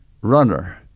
runner